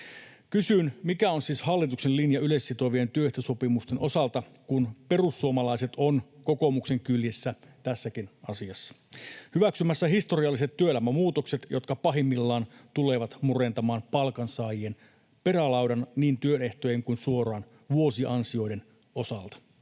Kysyn, mikä on siis hallituksen linja yleissitovien työehtosopimusten osalta, kun perussuomalaiset ovat kokoomuksen kyljessä tässäkin asiassa hyväksymässä historialliset työelämän muutokset, jotka pahimmillaan tulevat murentamaan palkansaajien perälaudan niin työehtojen kuin suoraan vuosiansioiden osalta.